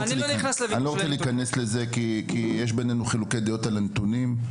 אני לא רוצה להיכנס לזה כי יש ביננו חילוקי דעות על הנתונים.